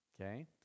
okay